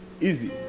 Easy